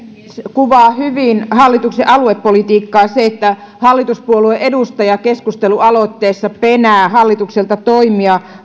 kuvaa hyvin hallituksen aluepolitiikkaa se että hallituspuolueen edustaja keskustelualoitteessa penää hallitukselta toimia